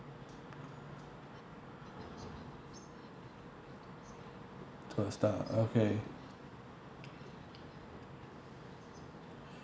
tour star okay